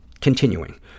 Continuing